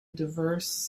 diverse